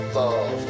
love